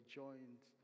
joined